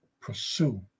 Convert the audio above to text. pursue